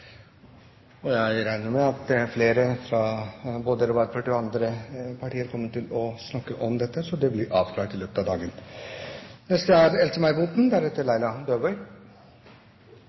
kan jeg bare meddele representanten at det er feil. Presidenten regner med at det er flere, både fra Arbeiderpartiet og andre partier, som kommer til å snakke om dette, slik at det blir avklart i løpet av dagen.